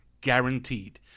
guaranteed